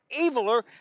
eviler